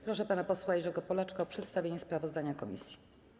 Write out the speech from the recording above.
Proszę pana posła Jerzego Polaczka o przedstawienie sprawozdania komisji.